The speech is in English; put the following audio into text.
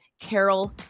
Carol